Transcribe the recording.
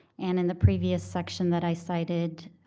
and in the previous section that i cited,